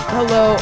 Hello